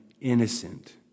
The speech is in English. innocent